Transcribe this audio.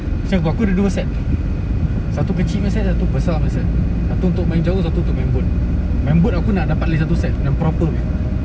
siap aku aku ada dua set satu kecil punya set satu besar punya set satu untuk main jauh satu untuk main boat main boat aku nak dapat lagi satu set yang proper punya